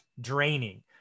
draining